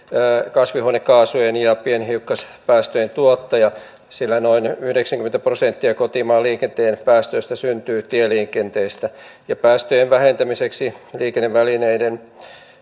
kasvihuonekaasujen ja pienhiukkaspäästöjen tuottaja sillä noin yhdeksänkymmentä prosenttia kotimaan liikenteen päästöistä syntyy tieliikenteestä ja päästöjen vähentämiseksi liikennevälineiden